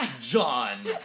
John